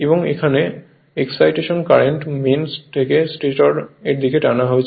এবং এখানে excitation current main থেকে স্টেটর এর দিকে টানা হয়